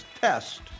test